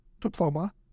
diploma